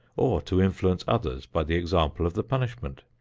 or to influence others by the example of the punishment.